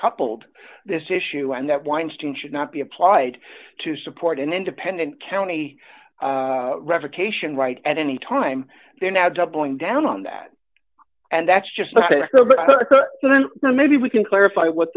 decoupled this issue and that weinstein should not be applied to support an independent county revocation right at any time they're now doubling down on that and that's just so then maybe we can clarify what